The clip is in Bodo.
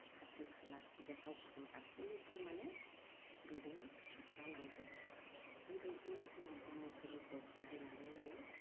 खाथि खाला गेसाव गोफोन गासिबो माने बेजोंनो सुस्रा लांजोबो बि बायदिनो जोङो ब्रह्म धोरोमखौ फोथायनानै लायो